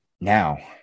Now